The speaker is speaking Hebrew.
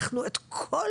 אנחנו, את כל